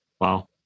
Wow